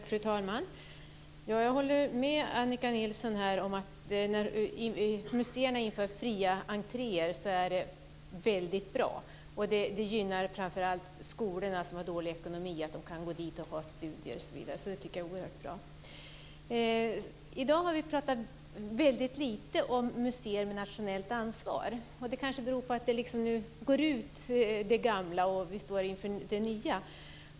Fru talman! Jag håller med Annika Nilsson om att det är väldigt bra när museerna inför fria entréer. Det gynnar framför allt skolorna, som har dålig ekonomi. De kan gå dit och ha studier osv. Så det tycker jag är oerhört bra. I dag har vi pratat väldigt lite om museer med nationellt ansvar. Det kanske beror på att det gamla försvinner och att vi står inför det nya.